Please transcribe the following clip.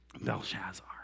Belshazzar